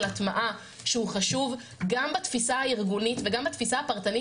הטמעה שהוא חשוב גם בתפיסה הארגונית וגם בתפיסה הפרטנית